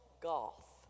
Golf